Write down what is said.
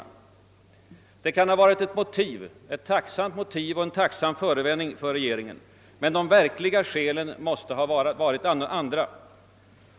Det kan måhända utgöra en tacksam förevändning för regeringen, men de verkliga skälen måste vara andra.